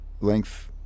Length